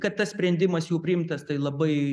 kad tas sprendimas jau priimtas tai labai